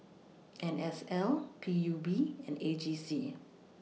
N S L P U B and A G C